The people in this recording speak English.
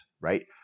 right